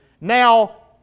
Now